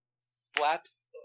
slaps